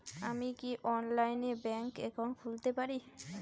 আমি কি অনলাইনে ব্যাংক একাউন্ট খুলতে পারি?